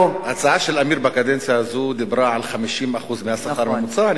ההצעה של עמיר בקדנציה הזאת דיברה על 50% מהשכר הממוצע.